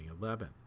2011